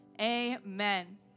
Amen